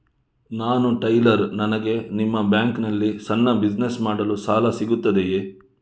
ನಾನು ಟೈಲರ್, ನನಗೆ ನಿಮ್ಮ ಬ್ಯಾಂಕ್ ನಲ್ಲಿ ಸಣ್ಣ ಬಿಸಿನೆಸ್ ಮಾಡಲು ಸಾಲ ಸಿಗುತ್ತದೆಯೇ?